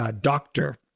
doctor